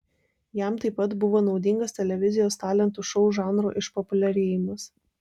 jam taip pat buvo naudingas televizijos talentų šou žanro išpopuliarėjimas